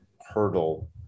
hurdle